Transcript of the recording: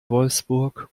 wolfsburg